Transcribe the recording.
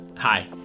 Hi